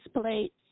plates